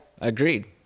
agreed